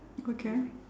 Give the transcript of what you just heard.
okay